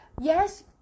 Yes